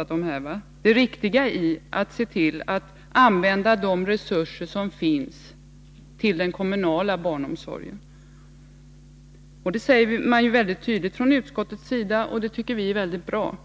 betona det riktiga i att se till att man använder de resurser som finns till den kommunala barnomsorgen. Utskottet säger detta mycket tydligt, och det tycker vi är bra.